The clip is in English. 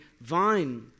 vine